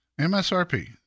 MSRP